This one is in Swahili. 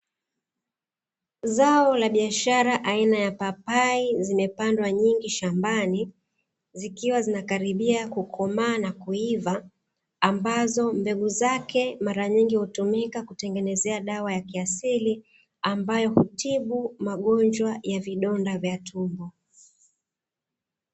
Zao la biashara aina ya papai zimepandwa nyingi shambani zikiwa zinakaribia kukomaa na kuiva, ambazo mbegu zake mara nyingi hutumika kutengenezea dawa ya kiasili ambayo hutibu magonjwa ya vidonda vya tumbo.